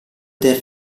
del